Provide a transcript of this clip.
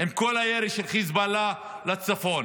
עם כל הירי של חיזבאללה לצפון